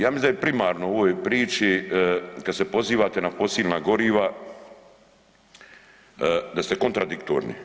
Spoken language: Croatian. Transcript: Ja mislim da je primarno u ovoj priči ka de pozivate na fosilna goriva, da ste kontradiktorni.